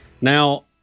Now